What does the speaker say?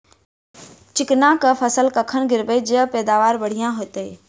चिकना कऽ फसल कखन गिरैब जँ पैदावार बढ़िया होइत?